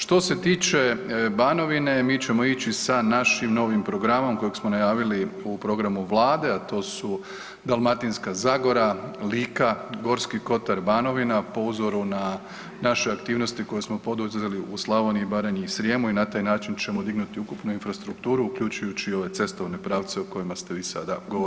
Što se tiče Banovine, mi ćemo ići sa našim novim programom kojeg smo najavili u programu Vlade, a to su Dalmatinska zagora, Lika, Gorski kotar, Banovina, po uzoru na naše aktivnosti koje smo poduzeli u Slavoniji, Baranji i Srijemu i na taj način ćemo dignuti ukupnu infrastrukturu, uključujući i ove cestovne pravce o kojima ste vi sada govorili.